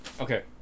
Okay